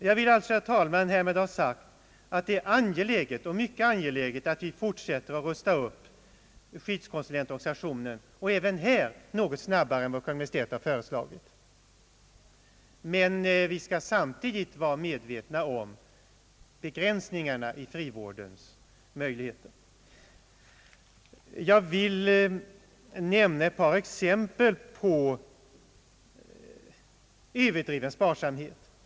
Jag vill alltså, herr talman, härmed ha sagt att det är mycket angeläget att vi fortsätter att rusta upp skyddskonsulentorganisationen och även här något snabbare än Kungl. Maj:t har föreslagit. Men vi skall samtidigt vara medvetna om begränsningarna i frivårdens möjligheter. Jag vill i detta sammanhang nämna ett par exempel på överdriven sparsamhet inom frivården.